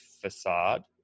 facade